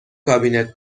کابینت